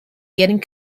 getting